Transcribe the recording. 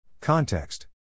Context